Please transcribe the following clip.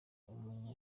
umunya